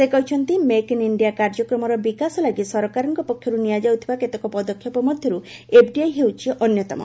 ସେ କହିଛନ୍ତି make in India କାର୍ଯ୍ୟକ୍ରମର ବିକାଶ ଲାଗି ସରକାରଙ୍କ ପକ୍ଷରୁ ନିଆଯାଉଥିବା କେତେକ ପଦକ୍ଷେପ ମଧ୍ୟର୍ ଏଫ୍ଡିଆଇ ହେଉଛି ଅନ୍ୟତମ